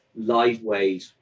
lightweight